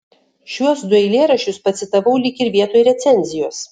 šiuos du eilėraščius pacitavau lyg ir vietoj recenzijos